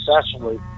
successfully